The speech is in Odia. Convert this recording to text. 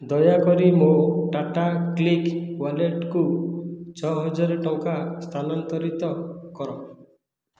ଦୟାକରି ମୋ ଟାଟାକ୍ଲିକ୍ ୱାଲେଟ୍କୁ ଛଅ ହଜାର ଟଙ୍କା ସ୍ଥାନାନ୍ତରିତ କର